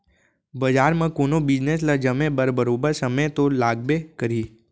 बजार म कोनो बिजनेस ल जमे बर बरोबर समे तो लागबे करही